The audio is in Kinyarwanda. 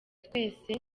twese